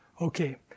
Okay